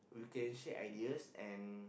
we can share ideas and